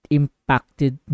impacted